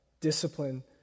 discipline